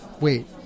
Wait